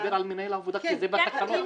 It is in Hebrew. הוא מדבר על מנהל עבודה שזה בתקנות.